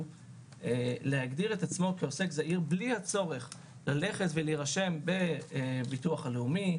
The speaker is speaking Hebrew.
להגדיר את עצמו כעוסק זעיר בלי הצורך להירשם בביטוח הלאומי,